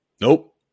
nope